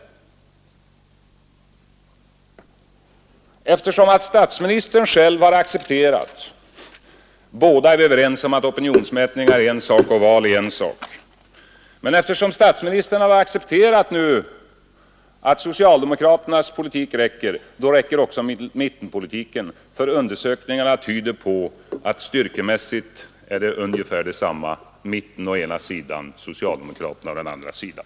Eftersom statsministern själv har accepterat att socialdemokraternas politik räcker båda är vi överens om att opinionsmätningar är en sak och val en annan då räcker också mittenpolitiken, för undersökningarna tyder på att styrkemässigt står vi ungefär lika, mitten å ena sidan och socialdemokratin å andra sidan.